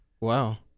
wow